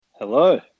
Hello